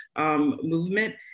movement